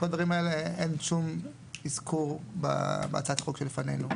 כל הדברים האלה אין שום אזכור בהצעת החוק שלפנינו.